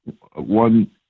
one